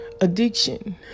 addiction